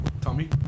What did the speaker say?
Tommy